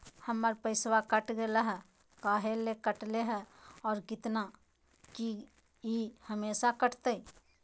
हमर पैसा कट गेलै हैं, काहे ले काटले है और कितना, की ई हमेसा कटतय?